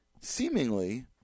seemingly